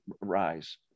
Rise